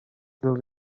بیایید